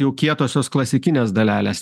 jau kietosios klasikinės dalelės